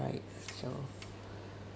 right so